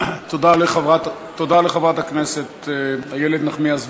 תודה לחברת הכנסת איילת נחמיאס ורבין.